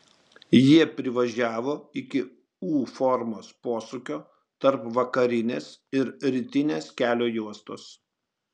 jie privažiavo iki u formos posūkio tarp vakarinės ir rytinės kelio juostos